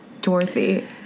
Dorothy